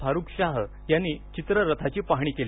फारुक शाह यांनी चित्ररथाची पाहणी केली